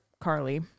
Carly